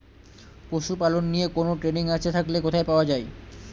পশুপালন নিয়ে কোন ট্রেনিং আছে থাকলে কোথায় পাওয়া য়ায়?